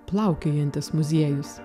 plaukiojantis muziejus